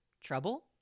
Trouble